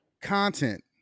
content